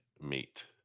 meet